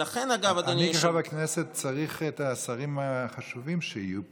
אני כחבר כנסת צריך את השרים החשובים שיהיו פה,